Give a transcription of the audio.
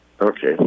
Okay